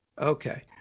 Okay